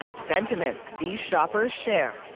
sentiments these shoppers share.